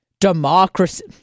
democracy